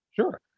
Sure